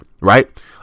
right